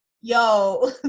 yo